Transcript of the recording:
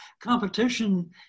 competition